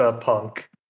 punk